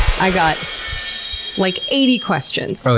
i got like eighty questions, so